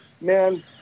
man